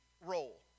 role